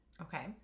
Okay